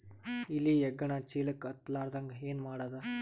ಇಲಿ ಹೆಗ್ಗಣ ಚೀಲಕ್ಕ ಹತ್ತ ಲಾರದಂಗ ಏನ ಮಾಡದ?